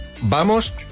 vamos